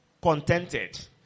contented